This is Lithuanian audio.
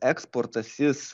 eksportas jis